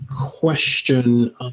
question